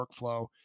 workflow